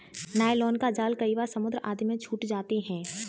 nylon का जाल कई बार समुद्र आदि में छूट जाते हैं